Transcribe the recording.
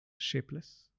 shapeless